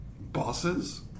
bosses